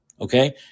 Okay